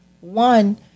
one